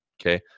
Okay